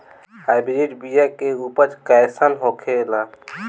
Hybrid बीया के उपज कैसन होखे ला?